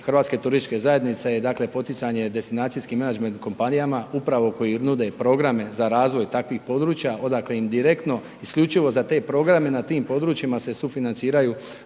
Hrvatske turističke zajednice, je dakle, poticanje destinacijskim menadžment kompanijama upravo koje nude programe za razvoj takvih područja, odakle im direktno, isključivo za te programe na tim područjima se sufinanciraju